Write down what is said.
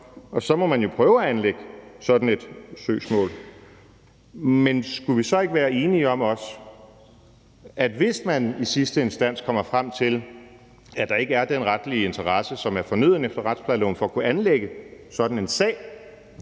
Og så må man jo prøve at anlægge sådan et søgsmål. Men skulle vi så ikke også være enige om, at hvis man i sidste instans kommer frem til, at der ikke er den retlige interesse, som er fornøden efter retsplejeloven for at kunne anlægge sådan en sag,